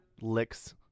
licks